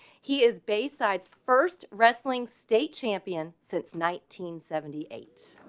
he is bay sides first wrestling state champion since nineteen seventy eight